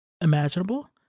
imaginable